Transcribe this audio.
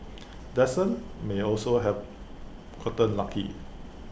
may also have gotten lucky